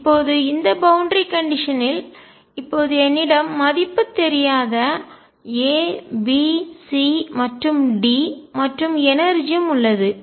இப்போது இந்த பவுண்டரி கண்டிஷன்னில் எல்லை நிபந்தனை இப்போது என்னிடம் மதிப்பு தெரியாத A B C மற்றும் D மற்றும் எனர்ஜியும்ஆற்றல் உள்ளது